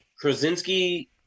Krasinski